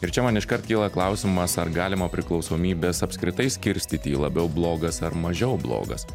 ir čia man iškart kyla klausimas ar galima priklausomybes apskritai skirstyti į labiau blogas ar mažiau blogas